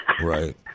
Right